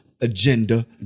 agenda